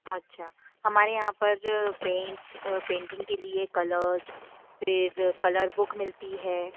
अच्छा हमारे यहाँ पर पेंट पेंटिंग के लिए कलर्स फिर कलर बुक मिलती है